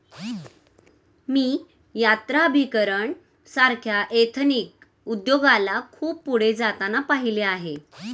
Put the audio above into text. मी यात्राभिकरण सारख्या एथनिक उद्योगाला खूप पुढे जाताना पाहिले आहे